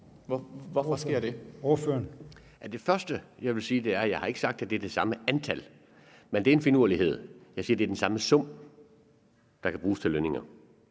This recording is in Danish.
Legarth (KF): Det første, jeg vil sige, er, at jeg ikke har sagt, at det er det samme antal, men lad det ligge. Jeg siger, det er den samme sum, der kan bruges til lønninger.